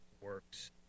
works